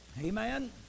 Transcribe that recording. Amen